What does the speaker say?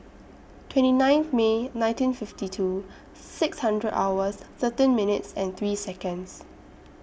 twenty nine May nineteen fifty two six hundred hours thirteen minutes and three Seconds